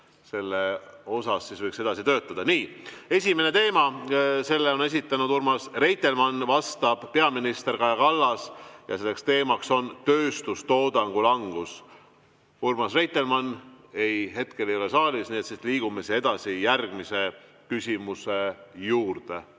nii võiksime siis edasi töötada. Nii, esimene teema. Selle on esitanud Urmas Reitelmann, vastab peaminister Kaja Kallas ja teemaks on tööstustoodangu langus. Aga Urmas Reitelmanni hetkel ei ole saalis. Siis liigume edasi järgmise küsimuse juurde.